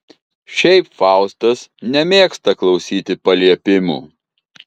šiaip faustas nemėgsta klausyti paliepimų